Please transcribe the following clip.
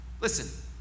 Listen